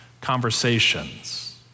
conversations